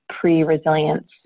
pre-resilience